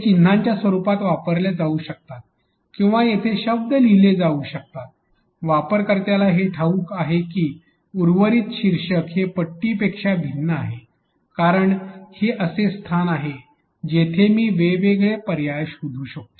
हे चिन्हांच्या स्वरुपात वापरल्या जाऊ शकतात किंवा तेथे शब्द लिहिले जाऊ शकतात वापरकर्त्याला हे ठाऊक आहे की हे उर्वरित शीर्षक हे पट्टीपेक्षा भिन्न आहे कारण हे असे स्थान आहे जेथे मी वेगवेगळे पर्याय शोधू शकतो